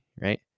right